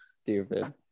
stupid